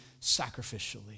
sacrificially